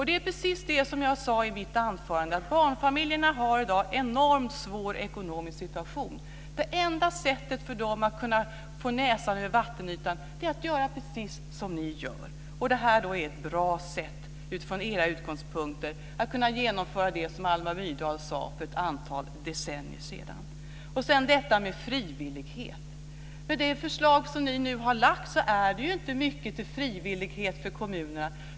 Det är precis det som jag sade i mitt anförande. Barnfamiljerna har i dag en enormt svår ekonomisk situation. Det enda sättet för dem att få näsan över vattenytan är att göra precis som ni vill. Det här är ett bra sätt, från era utgångspunkter, att genomföra det som Alva Myrdal sade för ett antal decennier sedan. Sedan talas det om frivillighet. Med det förslag som ni nu har lagt fram är det inte mycket till frivillighet för kommunerna.